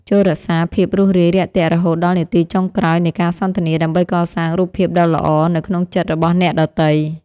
ចូររក្សាភាពរួសរាយរាក់ទាក់រហូតដល់នាទីចុងក្រោយនៃការសន្ទនាដើម្បីកសាងរូបភាពដ៏ល្អនៅក្នុងចិត្តរបស់អ្នកដទៃ។